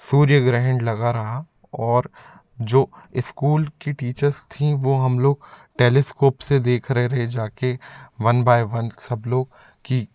सूर्य ग्रहण लगा रहा और जो इस्कूल की टीचर्स थीं वो हम लोग टैलिस्कोप से देख रहे जा कर वन बाय वन सब लोग कि